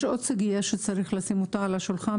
יש עוד סוגיה שצריך לשים על השולחן,